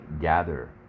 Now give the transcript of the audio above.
gather